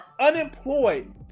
unemployed